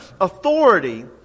authority